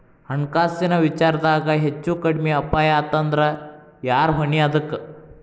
ಹಣ್ಕಾಸಿನ್ ವಿಚಾರ್ದಾಗ ಹೆಚ್ಚು ಕಡ್ಮಿ ಅಪಾಯಾತಂದ್ರ ಯಾರ್ ಹೊಣಿ ಅದಕ್ಕ?